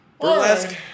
Burlesque